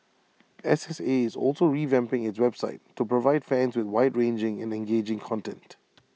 S S A is also revamping its website to provide fans with wide ranging and engaging content